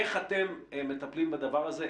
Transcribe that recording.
איך אתם מטפלים בדבר הזה?